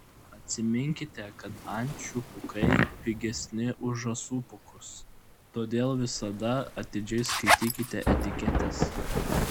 atsiminkite kad ančių pūkai pigesni už žąsų pūkus todėl visada atidžiai skaitykite etiketes